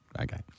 Okay